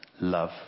love